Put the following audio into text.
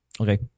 Okay